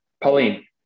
Pauline